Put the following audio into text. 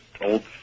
old